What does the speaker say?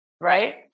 Right